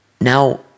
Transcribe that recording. Now